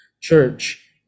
Church